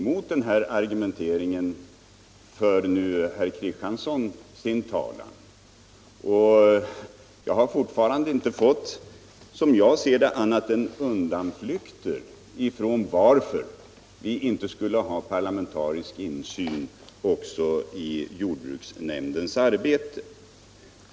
Mot den här argumenteringen för nu herr Kristiansson sin talan. Men jag har fortfarande inte fått, som jag ser det, höra annat än undanflykter varför vi inte skulle ha parlamentarisk insyn också i jordbruksnämndens arbete.